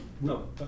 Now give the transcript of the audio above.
No